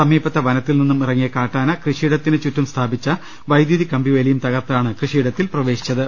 സമീപത്തെ വനത്തിൽ നിന്നും ഇറങ്ങിയ കാട്ടാന കൃഷിയടത്തിനും ചുറ്റും സ്ഥാപിച്ച വൈദ്യുത കമ്പിവേലിയും തകർത്താണ് കൃഷിയിടത്തിൽ പ്രവേശിച്ചത്